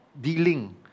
dealing